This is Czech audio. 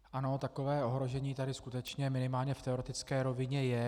Ano, takové ohrožení tady skutečně minimálně v teoretické rovině je.